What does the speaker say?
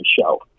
show